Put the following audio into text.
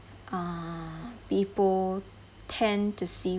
uh people tend to see